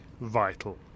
vital